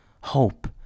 hope